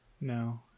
No